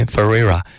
Ferreira